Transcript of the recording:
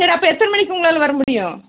சரி அப்பறம் எத்தனை மணிக்கு உங்களால வரமுடியும்